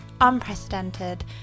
unprecedented